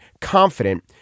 confident